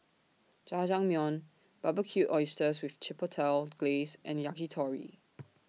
Jajangmyeon Barbecued Oysters with Chipotle Glaze and Yakitori